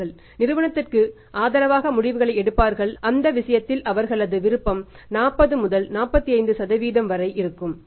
அவர்கள் நிறுவனத்திற்கு ஆதரவாக முடிவுகளை எடுப்பார்கள் ஆனால் அந்த விஷயத்தில் அவர்களது விருப்பம் 40 45 வரை இருக்கும்